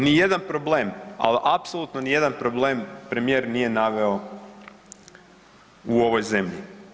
Ni jedan problema, ali apsolutno ni jedan problem premijer nije naveo u ovoj zemlji.